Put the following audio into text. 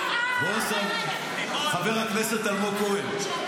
חבר הכנסת אלמוג כהן,